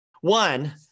one